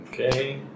Okay